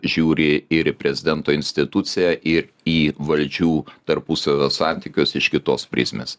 žiūri ir į prezidento instituciją ir į valdžių tarpusavio santykius iš kitos prizmės